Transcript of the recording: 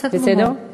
בסדר גמור.